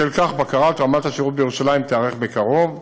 בשל כך, בקרת רמת השירות בירושלים תיערך בקרוב.